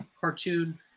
cartoon